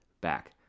back